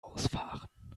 ausfahren